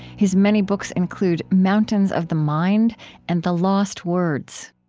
his many books include mountains of the mind and the lost words